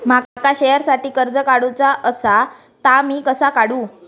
माका शेअरसाठी कर्ज काढूचा असा ता मी कसा काढू?